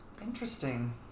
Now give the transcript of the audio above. Interesting